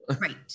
Right